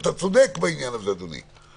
אתה צודק בעניין הזה, אדוני.